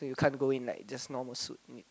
you can't go in like just normal suit